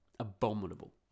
Abominable